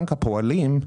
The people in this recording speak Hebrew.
בנק הפועלים,